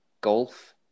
Golf